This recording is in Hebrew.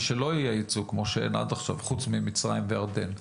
שלא יהיה ייצוא כמו שאין עד עכשיו חוץ ממצרים וירדן.